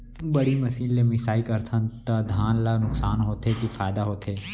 बड़ी मशीन ले मिसाई करथन त धान ल नुकसान होथे की फायदा होथे?